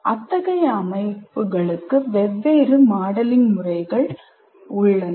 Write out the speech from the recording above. அத்தகைய அமைப்புகளுக்கு வெவ்வேறு மாடலிங் முறைகள் உள்ளன